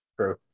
True